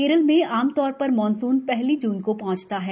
केरल में आमतौर पर मॉनसून पहली जून को पहंचता है